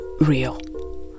real